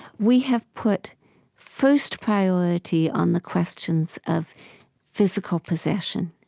we have put first priority on the questions of physical possession